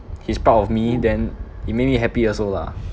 he's proud of me then it make me happy also lah